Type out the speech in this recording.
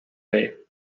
bay